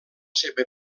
seva